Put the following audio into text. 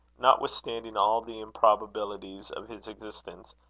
notwithstanding all the improbabilities of his existence,